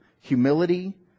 humility